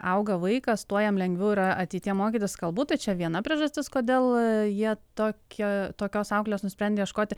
auga vaikas tuo jam lengviau yra ateityje mokytis kalbų tai čia viena priežastis kodėl jie tokio tokios auklės nusprendė ieškoti